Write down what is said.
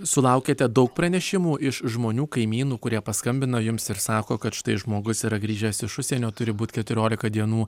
sulaukėte daug pranešimų iš žmonių kaimynų kurie paskambino jums ir sako kad štai žmogus yra grįžęs iš užsienio turi būt keturiolika dienų